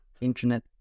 internet